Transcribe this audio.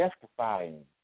justifying